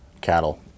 cattle